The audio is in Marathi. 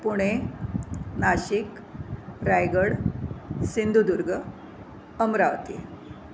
पुणे नाशिक रायगड सिंधुदुर्ग अमरावती